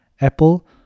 Apple